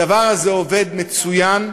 הדבר הזה עובד מצוין.